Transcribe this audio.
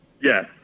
Yes